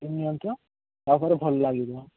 steam ନିଅନ୍ତୁ ତା'ପରେ ଭଲ ଲାଗିବ